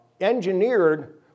engineered